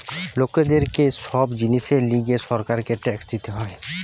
লোকদের কে সব জিনিসের লিগে সরকারকে ট্যাক্স দিতে হয়